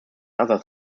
other